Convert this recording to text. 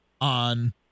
on